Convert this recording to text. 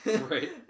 right